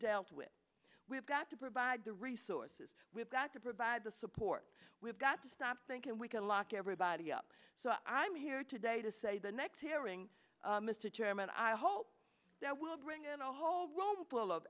dealt with we've got to provide the resources we've got to provide the support we've got to stop thinking we can lock everybody up so i'm here today to say the next hearing mr chairman i hope that we'll bring in a whole roomful of